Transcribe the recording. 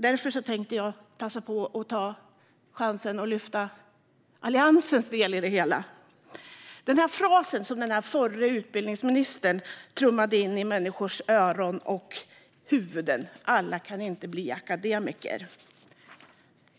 Därför tänkte jag passa på att ta chansen att lyfta fram Alliansens ståndpunkter i det hela. Förre utbildningsministern trummade in frasen att alla inte kan bli akademiker i människors öron och huvuden.